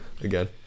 again